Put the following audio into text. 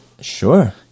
Sure